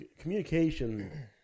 communication